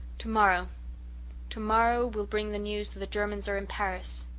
tomorrow tomorrow will bring the news that the germans are in paris,